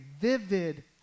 vivid